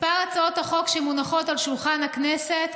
מספר הצעות החוק שמונחות על שולחן הכנסת,